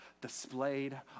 displayed